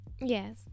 Yes